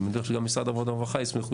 אני מניח שגם משרד העבודה והרווחה ישמחו